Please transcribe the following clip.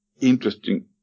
interesting